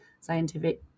scientific